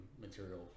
material